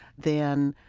then,